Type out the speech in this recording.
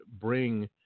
bring